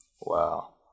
wow